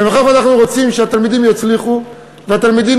ומאחר שאנחנו רוצים שהתלמידים יצליחו והתלמידים